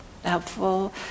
helpful